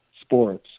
sports